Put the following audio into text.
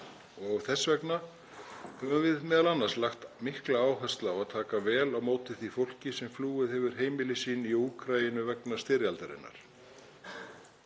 og þess vegna höfum við m.a. lagt mikla áherslu á að taka vel á móti því fólki sem flúið hefur heimili sín í Úkraínu vegna styrjaldarinnar.